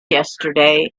yesterday